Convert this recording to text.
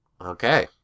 Okay